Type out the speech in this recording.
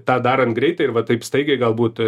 tą darant greitai ir va taip staigiai galbūt